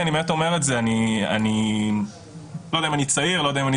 אני רוצה להאמין באמת שמבחינה חברתית אנחנו במקום אחר ממה שהיינו בו.